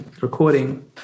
recording